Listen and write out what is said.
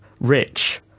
Rich